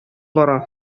бара